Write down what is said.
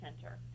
Center